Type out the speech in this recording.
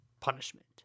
punishment